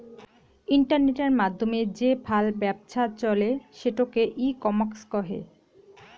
ইন্টারনেটের মাধ্যমে যে ফাল ব্যপছা চলে সেটোকে ই কমার্স কহে